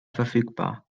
verfügbar